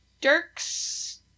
Dirks